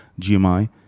GMI